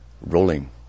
rolling